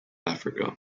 africa